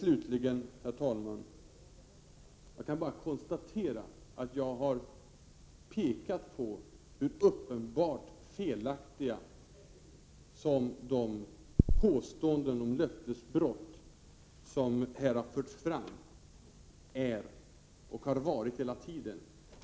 Slutligen, herr talman, kan jag bara konstatera att jag har pekat på hur uppenbart felaktiga de påståenden om löftesbrott som här har förts fram är och har varit hela tiden.